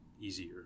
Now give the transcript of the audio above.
easier